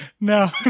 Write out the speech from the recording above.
No